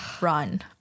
Run